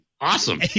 awesome